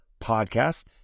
Podcast